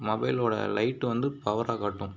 மொபைலோட லைட்டு வந்து பவராக காட்டும்